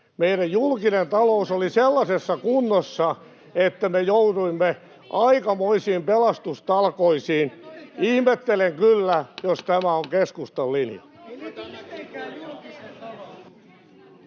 meidän julkinen talous oli sellaisessa kunnossa, että me jouduimme aikamoisiin pelastustalkoisiin. Ihmettelen kyllä, [Hälinää — Puhemies